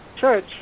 church